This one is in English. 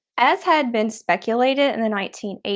as had been speculated in the nineteen eighty